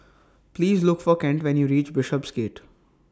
Please Look For Kent when YOU REACH Bishopsgate